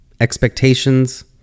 expectations